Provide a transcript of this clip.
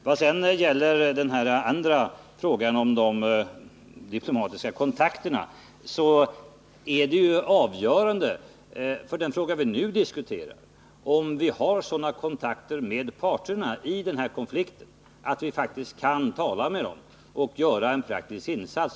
Vad beträffar frågan om de diplomatiska kontakterna är det avgörande för det vi nu diskuterar att vi har sådana kontakter med parterna i den här konflikten att vi faktiskt kan tala med dem och göra en praktisk insats.